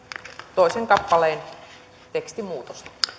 toisen kappaleen tekstimuutosta